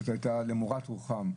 זאת הייתה למורת רוחם,